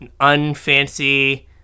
unfancy